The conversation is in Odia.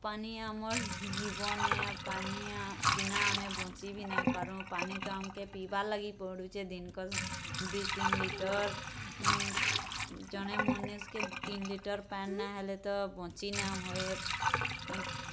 ପାନି ଆମର୍ ଜୀବନ୍ ଆଏ ଆଉ ପାନି ବିନା ଆମେ ବଞ୍ଚି ଭି ନାଇଁ ପାରୁଁ ପାନି ତ ଆମ୍କେ ପିଇବାର୍ ଲାଗି ପଡ଼ୁଛେ ଦିନ୍କ ଦୁଇ ତିନ୍ ଲିଟର୍ ଜଣେ ମନିଷ୍କେ ତିନ୍ ଲିଟର୍ ପାଏନ୍ ନାଇଁହେଲେ ତ ବଞ୍ଚି ନାଇଁହୁଏ